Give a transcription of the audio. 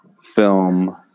film